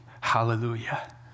hallelujah